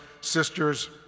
sisters